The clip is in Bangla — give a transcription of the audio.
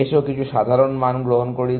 এসো কিছু সাধারণ মান গ্রহণ করি